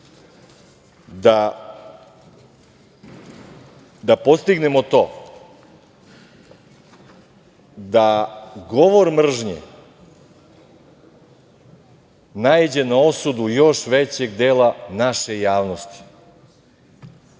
da postignemo to da govor mržnje naiđe na osudu još većeg dela naše javnosti.